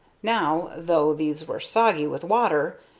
now, though these were soggy with water,